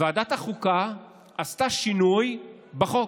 ועדת החוקה עשתה שינוי בחוק.